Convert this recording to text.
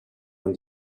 and